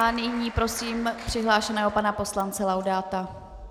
Nyní prosím přihlášeného pana poslance Laudáta.